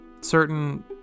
certain